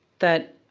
that